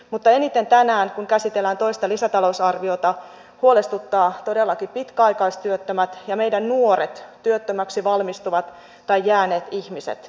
mutta eniten tänään kun käsitellään toista lisätalousarvioita huolestuttaa todellakin pitkäaikaistyöttömät ja meidän nuoret työttömäksi valmistuvat tai jääneet ihmiset